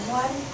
one